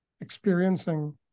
experiencing